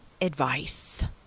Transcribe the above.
advice